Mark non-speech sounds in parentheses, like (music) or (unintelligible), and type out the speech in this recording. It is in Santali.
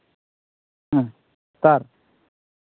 (unintelligible)